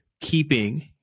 keeping